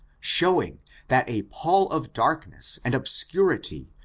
showing that a pall of darkness and obscuri ty,